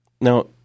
Now